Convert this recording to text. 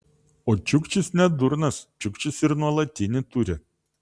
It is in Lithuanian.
o čiukčis ne durnas čiukčis ir nuolatinį turi